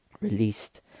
released